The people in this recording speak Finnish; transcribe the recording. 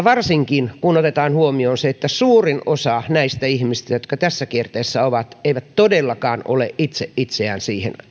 varsinkin kun otetaan huomioon se että suurin osa näistä ihmisistä jotka tässä kierteessä ovat eivät todellakaan ole itse itseään siihen